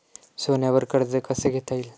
सोन्यावर कर्ज कसे घेता येईल?